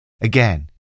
Again